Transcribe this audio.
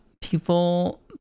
people